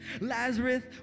Lazarus